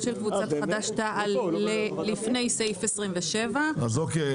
של קבוצת חדש-תע"ל ללפני סעיף 27. אוקיי.